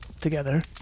Together